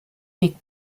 weg